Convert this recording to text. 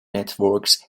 networks